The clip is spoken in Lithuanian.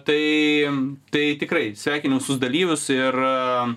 tai tai tikrai sveikinu visus dalyvius ir